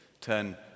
Turn